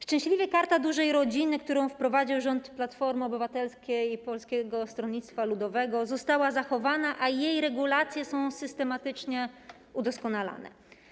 Szczęśliwie Karta Dużej Rodziny, którą wprowadził rząd Platformy Obywatelskiej i Polskiego Stronnictwa Ludowego, została zachowana, a jej regulacje są systematycznie udoskonalane.